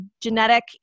genetic